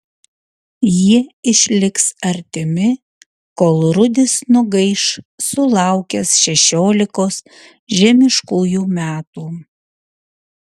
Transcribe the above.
jie išliks artimi kol rudis nugaiš sulaukęs šešiolikos žemiškųjų metų